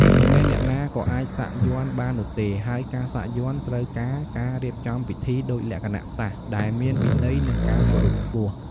មិនមែនអ្នកណាក៏អាចសាក់យ័ន្តបាននោះទេ ហើយការសាក់យ័ន្តត្រូវការការរៀបចំពិធីដូចលក្ខណៈសាស្ត្រដែលមានវិន័យ និងការគោរពខ្ពង់ខ្ពស់។